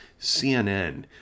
CNN